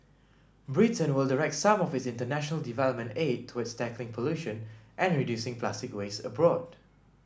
Britain will direct some of its international development aid towards tackling pollution and reducing plastic waste abroad